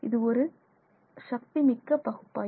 இது ஒரு சக்தி மிக்க பகுப்பாய்வு